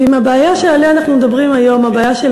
ובבעיה שעליה אנחנו מדברים היום, הבעיה של